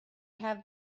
have